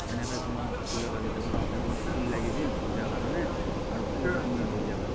এনেকেই তোমাৰ ফুলৰ বাগিচাৰ পৰা অকণমান ফুল লাগিছিল পূজা কাৰণে আৰু ফুলটো তুমি লৈ যাবা